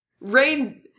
Rain